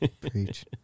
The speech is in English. Preach